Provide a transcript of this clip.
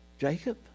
Jacob